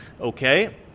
Okay